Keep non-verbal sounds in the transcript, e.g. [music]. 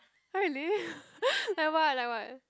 really [laughs] like what like what